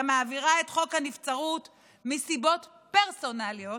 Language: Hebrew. גם מעבירה את חוק הנבצרות מסיבות פרסונליות